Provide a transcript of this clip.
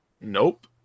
Nope